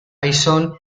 tyson